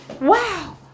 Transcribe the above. Wow